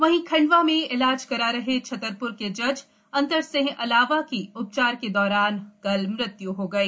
वहीं खंडवा में इलाज करा रहे छतरप्र के जज अतर सिंह अलावा की उपचार के दौरान कल मृत्य् हो गई